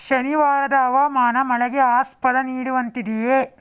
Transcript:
ಶನಿವಾರದ ಹವಾಮಾನ ಮಳೆಗೆ ಆಸ್ಪದ ನೀಡುವಂತಿದೆಯೇ